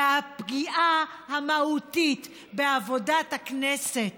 הפגיעה המהותית בעבודת הכנסת